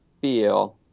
feel